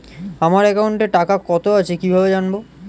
আমার একাউন্টে টাকা কত আছে কি ভাবে জানবো?